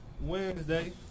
Wednesday